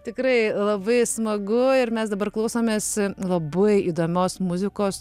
tikrai labai smagu ir mes dabar klausomės labai įdomios muzikos